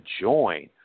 join